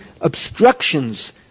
obstructions